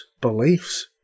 beliefs